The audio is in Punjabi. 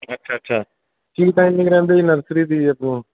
ਅੱਛਾ ਅੱਛਾ ਕੀ ਟਾਈਮਿੰਗ ਰਹਿੰਦੀ ਜੀ ਨਰਸਰੀ ਦੀ ਅੱਗੋਂ